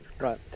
Right